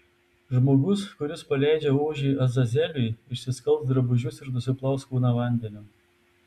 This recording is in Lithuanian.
žmogus kuris paleidžia ožį azazeliui išsiskalbs drabužius ir nusiplaus kūną vandeniu